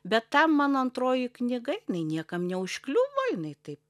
bet ta mano antroji knyga jinai niekam neužkliūvo jinai taip